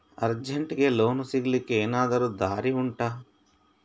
ಅರ್ಜೆಂಟ್ಗೆ ಲೋನ್ ಸಿಗ್ಲಿಕ್ಕೆ ಎನಾದರೂ ದಾರಿ ಉಂಟಾ